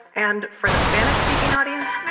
and for the spanish-speaking audience